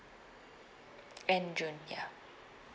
end june ya